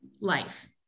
life